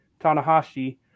Tanahashi